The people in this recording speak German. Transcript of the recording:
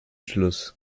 schluss